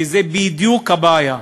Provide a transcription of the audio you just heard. כי זו בדיוק הבעיה.